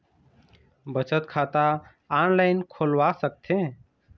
बचत खाता ऑनलाइन खोलवा सकथें?